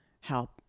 help